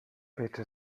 bitte